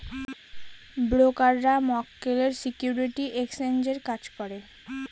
ব্রোকাররা মক্কেলের সিকিউরিটি এক্সচেঞ্জের কাজ করে